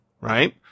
right